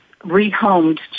rehomed